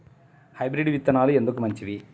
Hybrid విత్తనాలు ఎందుకు మంచిది?